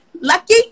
Lucky